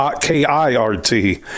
K-I-R-T